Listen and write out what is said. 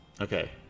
Okay